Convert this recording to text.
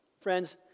Friends